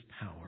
power